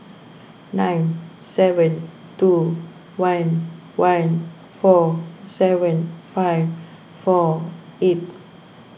nine seven two one one four seven five four eight